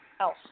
else